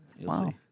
Wow